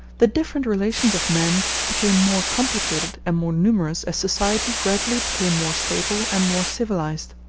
the different relations of men became more complicated and more numerous as society gradually became more stable and more civilized.